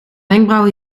wenkbrauwen